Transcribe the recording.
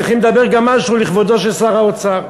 צריכים לומר גם משהו לכבודו של שר האוצר.